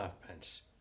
halfpence